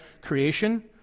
creation